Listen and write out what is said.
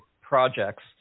projects